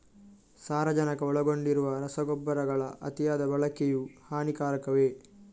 ಸಾರಜನಕ ಒಳಗೊಂಡಿರುವ ರಸಗೊಬ್ಬರಗಳ ಅತಿಯಾದ ಬಳಕೆಯು ಹಾನಿಕಾರಕವೇ?